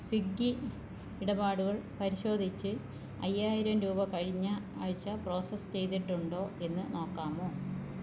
സ്വിഗ്ഗി ഇടപാടുകൾ പരിശോധിച്ചു അയ്യായിരം രൂപ കഴിഞ്ഞ ആഴ്ച പ്രോസസ്സ് ചെയ്തിട്ടുണ്ടോ എന്ന് നോക്കാമോ